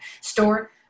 store